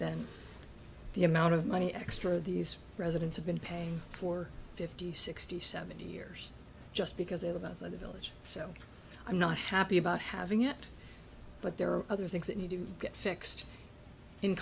than the amount of money extra these residents have been paying for fifty sixty seventy years just because it was a village so i'm not happy about having it but there are other things that need to get fixed in